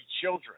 children